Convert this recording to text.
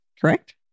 correct